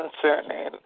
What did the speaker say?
concerning